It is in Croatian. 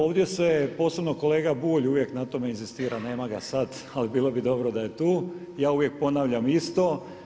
Ovdje se posebno kolega Bulj uvijek na tom inzistira, nema ga sada, ali bilo bi dobro da je tu, ja uvijek ponavljam isto.